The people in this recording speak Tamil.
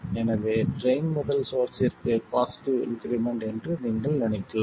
எனவே ட்ரைன் முதல் சோர்ஸ்ஸிற்கு பாசிட்டிவ் இன்க்ரிமெண்ட் என்று நீங்கள் நினைக்கலாம்